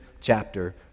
chapter